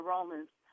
Romans